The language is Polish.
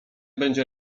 będzie